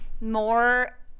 more